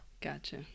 Gotcha